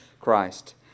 Christ